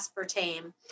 aspartame